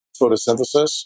photosynthesis